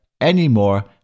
anymore